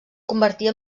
convertir